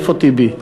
איפה טיבי?